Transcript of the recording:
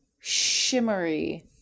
shimmery